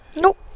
Nope